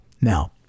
Now